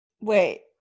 wait